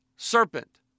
Serpent